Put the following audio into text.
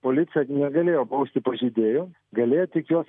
policija negalėjo bausti pažeidėjų galėjo tik juos